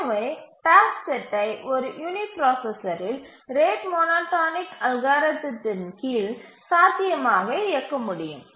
எனவே டாஸ்க் செட்டை ஒரு யூனிபிராசசரில் ரேட் மோனோடோனிக் அல்காரிதத்தின் கீழ் சாத்தியமாக இயக்க முடியும்